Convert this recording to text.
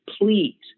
please